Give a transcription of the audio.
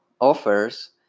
offers